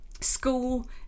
school